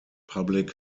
public